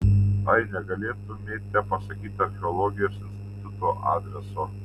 ai negalėtumėte pasakyti archeologijos instituto adreso